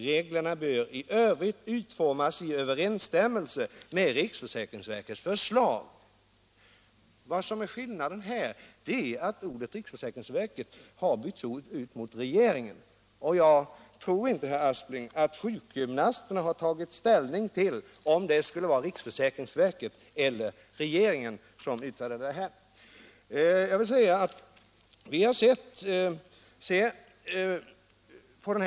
Reglerna bör i övrigt utformas i överensstämmelse med riksförsäkringsverkets förslag.” Skillnaden mot riksförsäkringsverkets förslag är att ordet riksförsäkringsverket bytts ut mot ordet regeringen. Jag tror inte att sjukgymnasterna tagit ställning till om det borde vara riksförsäkringsverket eller regeringen som skulle meddela dessa föreskrifter.